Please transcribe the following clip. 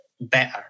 better